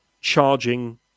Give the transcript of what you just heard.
charging